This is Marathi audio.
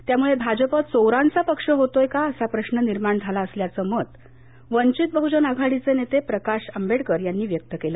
त्यामुळे भाजप चोरांचा पक्ष होतोय का असा प्रश्र निर्माण झाला असल्याचं मत वंचित बहुजन आघाडीचे नेते प्रकाश आंबेडकर यांनी व्यक्त केलं